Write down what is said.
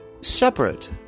separate